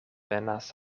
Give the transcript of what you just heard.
venas